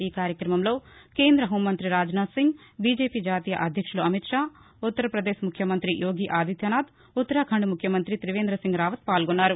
ఈ కార్యక్రమంలో కేంద్ర హోం మంతి రాజ్ నాధ్ సింగ్ బీజేపీ జాతీయ అధ్యక్షులు అమిత్ షా ఉత్తర్పదేశ్ ముఖ్యమంతి యోగి ఆదిత్య నాధ్ ఉత్తరఖండ్ ముఖ్యమంత్రి తివేంద సింగ్ రావత్ పాల్గొన్నారు